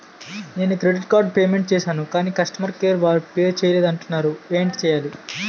నా credit card payment చేసాను కాని కస్టమర్ కేర్ వారు పే చేయలేదు అంటున్నారు ఏంటి చేయాలి?